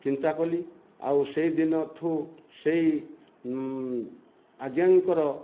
ଚିନ୍ତା କଲି ଆଉ ସେଇ ଦିନଠୁ ସେଇ ଆଜ୍ଞାଙ୍କର